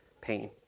pain